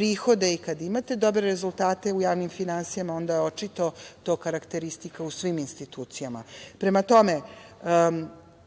i kada imate dobre rezultate u javnim finansijama, onda očito je to karakteristika u svim institucijama. Prema tome,